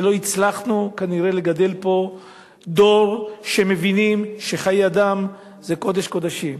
שלא הצלחנו כנראה לגדל פה דור שמבין שחיי אדם זה קודש קודשים,